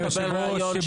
היושב-ראש,